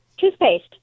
toothpaste